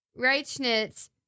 Reichnitz